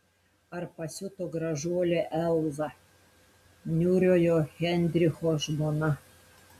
ar pasiuto gražuolė elza niūriojo heidricho žmona